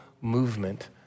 movement